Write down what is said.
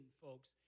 folks